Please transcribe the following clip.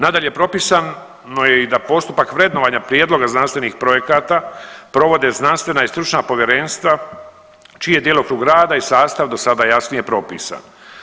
Nadalje, propisano je i da postupak vrednovanja prijedloga znanstvenih projekata provode znanstvena i stručna povjerenstva čiji je djelokrug rada i sastav do sada jasnije propisan.